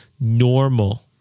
normal